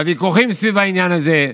והוויכוחים סביב העניין הזה,